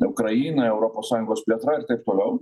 ukraina europos sąjungos plėtra ir taip toliau